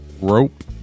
Rope